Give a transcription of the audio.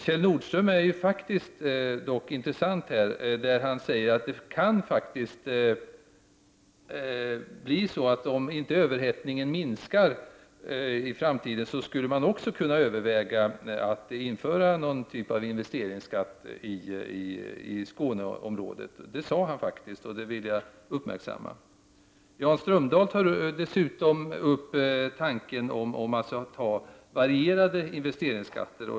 Kjell Nordström är intressant här när han säger att om överhettningen inte minskar i framtiden så skulle man kunna överväga att införa någon typ av investeringsskatt även i Skåneområdet. Det sade han faktiskt, och det vill jag uppmärksamma. Jan Strömdahl tar dessutom upp tanken att man skulle ha varierade investeringsskatter.